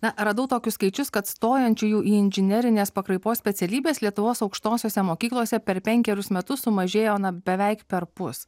na radau tokius skaičius kad stojančiųjų į inžinerinės pakraipos specialybes lietuvos aukštosiose mokyklose per penkerius metus sumažėjo beveik perpus